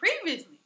previously